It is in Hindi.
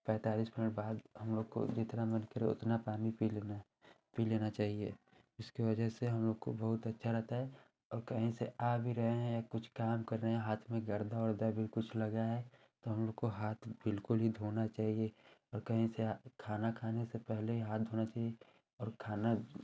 पैँतालिस मिनट बाद हमलोग को जितना मन करे उतना पानी पी लेना है पी लेना चाहिए इसकी वज़ह से हमलोग को बहुत अच्छा रहता है और कहीं से आ भी रहे हैं या कुछ काम कर रहे हैं हाथ में गर्दा उर्दा भी कुछ लगा है तो हमलोग को हाथ बिल्कुल ही धोना चाहिए और कहीं से खाना खाने से पहले ही हाथ धोना चाहिए और खाना